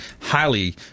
highly